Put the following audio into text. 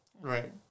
Right